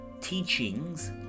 teachings